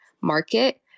market